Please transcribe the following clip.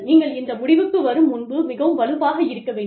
நீங்கள் இந்த முடிவுக்கு வரும் முன்பு மிகவும் வலுவாக இருக்க வேண்டும்